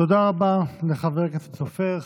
תודה רבה לחבר הכנסת סופר.